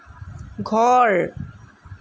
ঘৰ